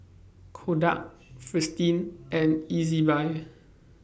Kodak Fristine and Ezbuy